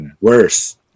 worse